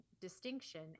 distinction